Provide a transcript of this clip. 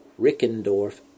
Rickendorf